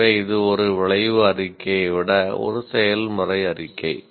எனவே இது ஒரு விளைவு அறிக்கையை விட ஒரு செயல் முறை அறிக்கை